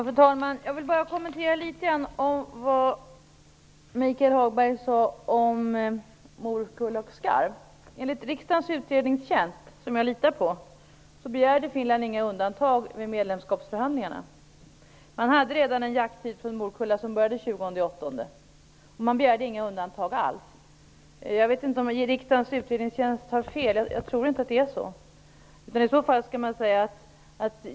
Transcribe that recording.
Fru talman! Jag vill litet grand kommentera det Michael Hagberg sade om morkulla och skarv. Enligt riksdagens utredningstjänst, som jag litar på, begärde Finland inget undantag vid medlemsskapsförhandlingarna. Man hade redan en jakttid på morkulla som började den 20 augusti, och man begärde inga undantag alls. Jag vet inte om riksdagens utredningstjänst har fel, men jag tror inte att det är så.